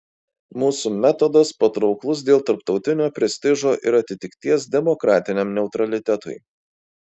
mūsų metodas patrauklus dėl tarptautinio prestižo ir atitikties demokratiniam neutralitetui